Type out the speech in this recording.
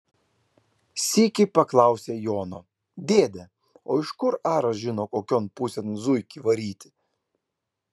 sykį paklausė jono dėde o iš kur aras žino kokion pusėn zuikį varyti